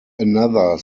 another